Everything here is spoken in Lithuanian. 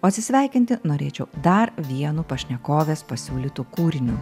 atsisveikinti norėčiau dar vienu pašnekovės pasiūlytu kūriniu